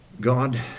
God